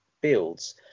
builds